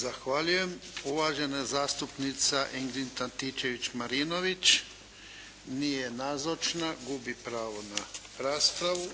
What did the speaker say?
Zahvaljujem. Uvažena zastupnica Ingrid Antičević-Marinović. Nije nazočna, gubi pravo na raspravu.